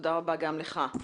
תודה רבה גם לך.